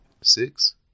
Six